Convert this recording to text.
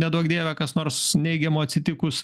neduok dieve kas nors neigiamo atsitikus